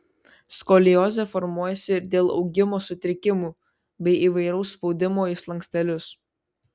skoliozė formuojasi ir dėl augimo sutrikimų bei įvairaus spaudimo į slankstelius